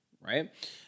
right